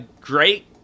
great